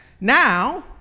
Now